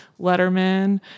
Letterman